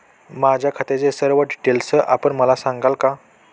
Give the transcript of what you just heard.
माझ्या खात्याचे सर्व डिटेल्स आपण मला सांगाल का?